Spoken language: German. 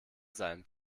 sein